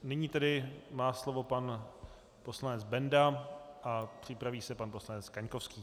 Nyní tedy má slovo pan poslanec Benda a připraví se pan poslanec Kaňkovský.